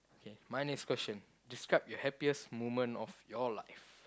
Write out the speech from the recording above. K my next question describe your happiest moment of your life